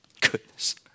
Goodness